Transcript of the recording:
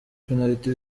penaliti